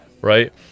right